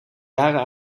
jaren